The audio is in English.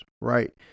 right